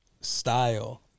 style